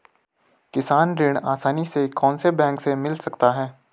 किसान ऋण आसानी से कौनसे बैंक से मिल सकता है?